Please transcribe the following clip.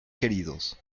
queridos